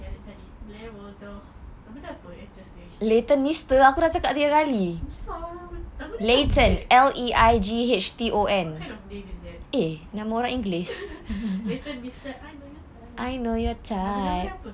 cari cari blair waldorf nama dia apa susah lah nama dia macam weird what kind of name is that leighton meester I know your type nama lagu dia apa